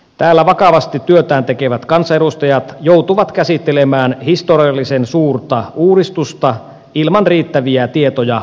täällä vakavasti työtään tekevät kansanedustajat joutuvat käsittelemään historiallisen suurta uudistusta ilman riittäviä tietoja kokonaisuudesta